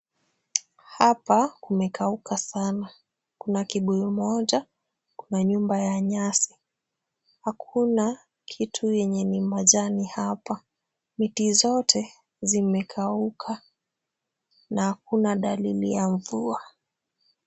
Hapa kumekauka sana. Kuna kibuyu moja, kuna nyumba ya nyasi. Hakuna kitu yenye ni majani hapa. Miti zote zimekauka na hakuna dalili ya mvua.